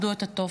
התופת,